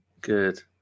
Good